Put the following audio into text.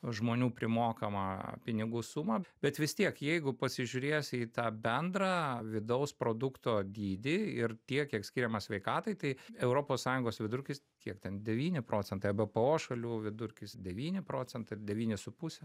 žmonių primokama pinigų sumą bet vis tiek jeigu pasižiūrėsi į tą bendrą vidaus produkto dydį ir tiek kiek skiriama sveikatai tai europos sąjungos vidurkis kiek ten devyni procentai ebpo šalių vidurkis devyni procentai ir devyni su puse